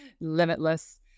limitless